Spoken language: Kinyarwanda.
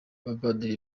abapadiri